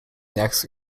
next